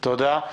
תודה.